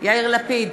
יאיר לפיד,